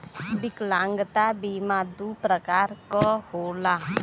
विकलागंता बीमा दू प्रकार क होला